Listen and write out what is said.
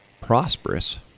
prosperous